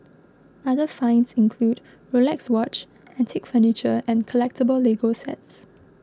other finds include Rolex watch antique furniture and collectable Lego sets